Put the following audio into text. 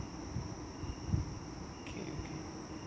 mmhmm